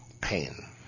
pain